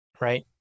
right